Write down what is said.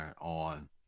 on